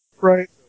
Right